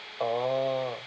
orh